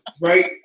right